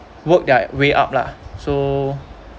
work their way up lah so